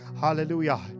hallelujah